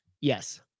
yes